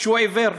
שהוא עיוור,